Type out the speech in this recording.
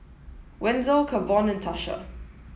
Wenzel Kavon and Tasha